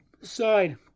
side